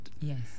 Yes